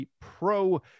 Pro